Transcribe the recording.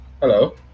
hello